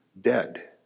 dead